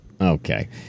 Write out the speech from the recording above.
Okay